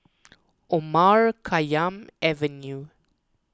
Omar Khayyam Avenue